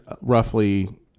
roughly